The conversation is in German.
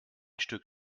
stück